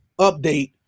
update